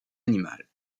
animale